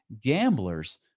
Gamblers